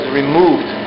removed